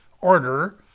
order